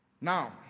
Now